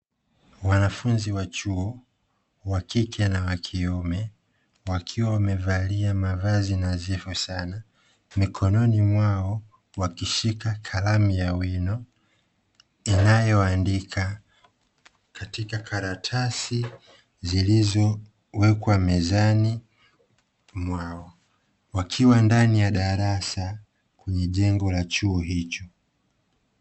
Wanafunzi wa chuo wakike na wakiume wakiwa wamevalia mavazi nadhifu sana mikoni mwao, wakishika kalamu ya wino inayo andika katika karatasi zilizo wekwa mezani mwao wakiwa ndani ya darasa kwenye jengo la chuo hicho.